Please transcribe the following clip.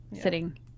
sitting